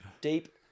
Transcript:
deep